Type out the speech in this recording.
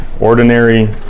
ordinary